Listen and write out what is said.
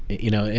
you know,